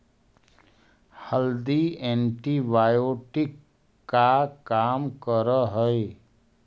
हल्दी एंटीबायोटिक का काम करअ हई